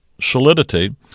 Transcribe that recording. solidity